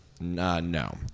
No